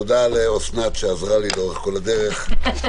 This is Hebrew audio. הישיבה ננעלה בשעה 10:23.